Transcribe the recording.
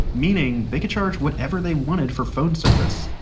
meaning they could charge whatever they wanted for phone service.